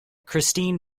christine